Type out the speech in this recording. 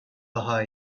daha